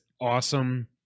awesome